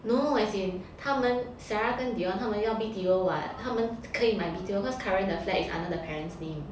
no no as in 他们 sarah and dion 他们要 B_T_O [what] 他们可以买 B_T_O cause currently the flat is under the parents name